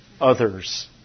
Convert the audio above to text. others